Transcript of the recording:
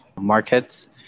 markets